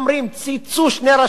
צייצו שני ראשי ערים,